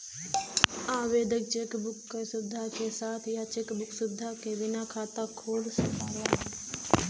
आवेदक cheque book क सुविधा के साथ या चेक बुक सुविधा के बिना खाता खोल सकला